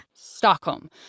Stockholm